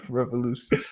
revolution